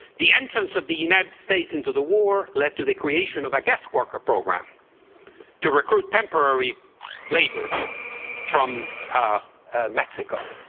the entrance of the united states into the war led to the creation of a guest worker program to recruit temporary labor from mexico.